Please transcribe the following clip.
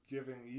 giving